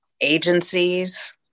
agencies